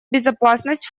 безопасность